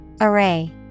Array